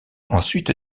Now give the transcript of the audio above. ensuite